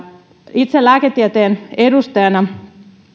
itse lääketieteen edustajana